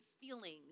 feelings